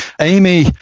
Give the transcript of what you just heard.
Amy